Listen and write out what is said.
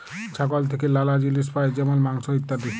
ছাগল থেক্যে লালা জিলিস পাই যেমল মাংস, ইত্যাদি